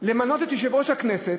למנות את יושב-ראש הכנסת,